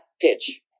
pitch